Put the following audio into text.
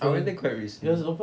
timing dia quite risky